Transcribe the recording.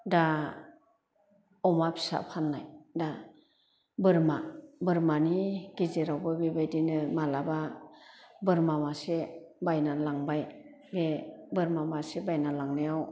दा अमा फिसा फाननाय दा बोरमा बोरमानि गेजेरावबो बेबायदिनो मालाबा बोरमा मासे बायना लांबाय बे बोरमा मासे बायना लांनायाव